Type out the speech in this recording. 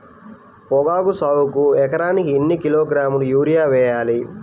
పొగాకు సాగుకు ఎకరానికి ఎన్ని కిలోగ్రాముల యూరియా వేయాలి?